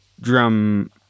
drum